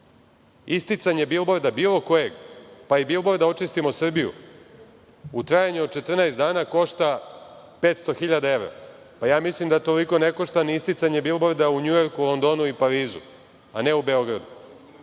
isticanje bilborda, bilo kojeg, pa i bilborda „Očistimo Srbiju“, u trajanju od 14 dana košta 500.000 evra? Pa mislim da toliko ne košta ni isticanje bilborda u NJujorku, Londonu i Parizu, a ne u Beogradu. Evo,